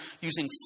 using